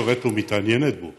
התקשורת לא מתעניינת בו